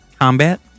Combat